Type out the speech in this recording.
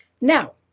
now